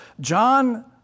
John